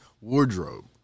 wardrobe